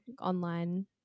online